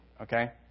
okay